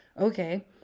okay